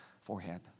forehead